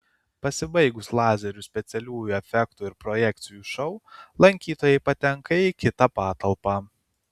pasibaigus lazerių specialiųjų efektų ir projekcijų šou lankytojai patenka į kitą patalpą